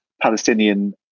Palestinian